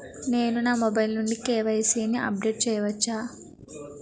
నేను నా మొబైల్ నుండి కే.వై.సీ ని అప్డేట్ చేయవచ్చా?